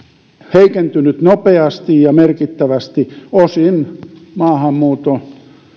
heikentynyt nopeasti ja merkittävästi osin